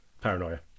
paranoia